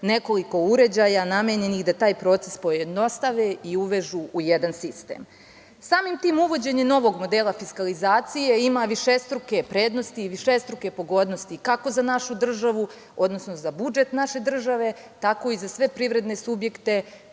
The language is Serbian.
nekoliko uređaja namenjenih da taj proces pojednostave i uvežu u jedan sistem. Samim tim uvođenjem novog modela fiskalizacije ima višestruke prednosti i višestruke pogodnosti kako za našu državu, odnosno za budžet naše države, tako i za sve privredne subjekte